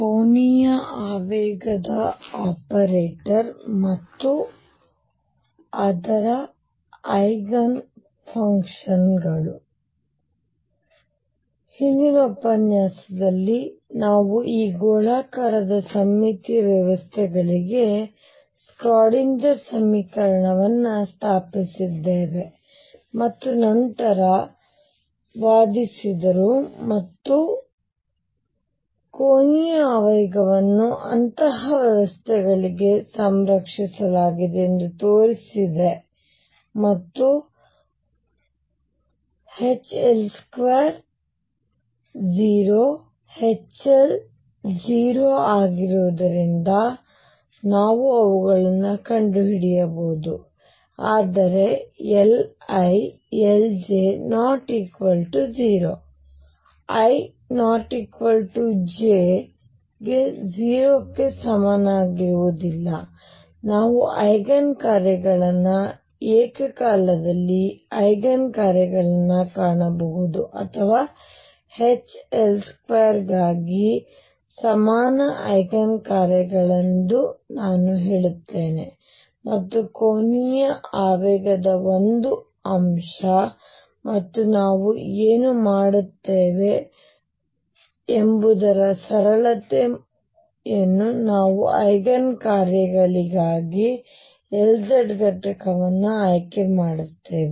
ಕೋನೀಯ ಆವೇಗ ಆಪರೇಟರ್ ಮತ್ತು ಅದರ ಐಗನ್ಫಂಕ್ಷನ್ಸ್ ಹಿಂದಿನ ಉಪನ್ಯಾಸದಲ್ಲಿ ನಾವು ಈ ಗೋಳಾಕಾರದ ಸಮ್ಮಿತೀಯ ವ್ಯವಸ್ಥೆಗಳಿಗೆ ಶ್ರೋಡಿಂಗರ್ ಸಮೀಕರಣವನ್ನು ಸ್ಥಾಪಿಸಿದ್ದೇವೆ ಮತ್ತು ನಂತರ ವಾದಿಸಿದರು ಮತ್ತು ಕೋನೀಯ ಆವೇಗವನ್ನು ಅಂತಹ ವ್ಯವಸ್ಥೆಗಳಿಗೆ ಸಂರಕ್ಷಿಸಲಾಗಿದೆ ಎಂದು ತೋರಿಸಿದೆ ಮತ್ತು ಆದ್ದರಿಂದ H L2 0 HL 0 ಆಗಿರುವುದರಿಂದ ನಾವು ಅವುಗಳನ್ನು ಕಂಡುಹಿಡಿಯಬಹುದು ಆದರೆ Li L j ≠ ೦ i ≠ j ಗೆ 0 ಕ್ಕೆ ಸಮನಾಗಿರುವುದಿಲ್ಲ ನಾವು ಐಗನ್ ಕಾರ್ಯಗಳನ್ನು ಏಕಕಾಲದಲ್ಲಿ ಐಗನ್ ಕಾರ್ಯಗಳನ್ನು ಕಾಣಬಹುದು ಅಥವಾ H L2 ಗಾಗಿ ಸಾಮಾನ್ಯ ಐಗನ್ ಕಾರ್ಯಗಳನ್ನು ನಾನು ಹೇಳುತ್ತೇನೆ ಮತ್ತು ಕೋನೀಯ ಆವೇಗದ ಒಂದು ಅಂಶ ಮತ್ತು ನಾವು ಏನು ಮಾಡುತ್ತೇವೆ ಸರಳತೆ ನಾವು ಐಗನ್ ಕಾರ್ಯಗಳಿಗಾಗಿ Lz ಘಟಕವನ್ನು ಆಯ್ಕೆ ಮಾಡುತ್ತೇವೆ